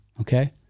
okay